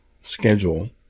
schedule